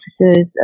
officers